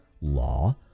law